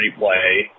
replay